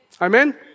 Amen